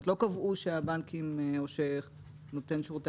לא קבעו שהבנקים או שנותן שירותי